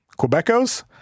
Quebecos